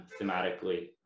thematically